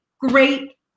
great